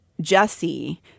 Jesse